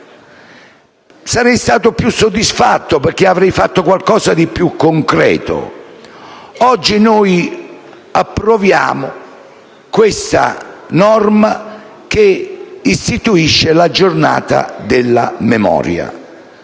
Sarei stato più soddisfatto, perché avrei fatto qualcosa di più concreto. Oggi noi approviamo questa norma, che istituisce la Giornata della memoria.